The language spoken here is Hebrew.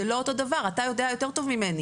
זה לא אותו דבר, אתה יודע יותר טוב ממני